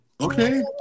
Okay